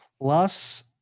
plus